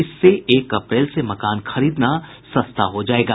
इससे एक अप्रैल से मकान खरीदना सस्ता हो जायेगा